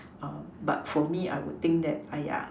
but for me I would think that